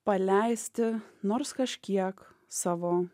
paleisti nors kažkiek savo